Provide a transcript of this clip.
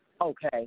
Okay